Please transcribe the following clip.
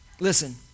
Listen